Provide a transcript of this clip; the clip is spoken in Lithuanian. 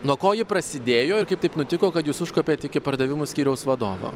nuo ko ji prasidėjo ir kaip taip nutiko kad jūs užkopėt iki pardavimų skyriaus vadovo